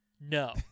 No